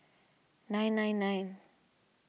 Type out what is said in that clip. nine nine nine